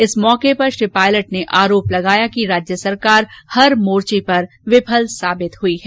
इस मौके पर श्री पायलट ने आरोप लगाया कि राज्य सरकार हर मोर्चे पर विफल साबित हुई है